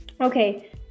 Okay